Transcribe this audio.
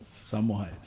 Somewhat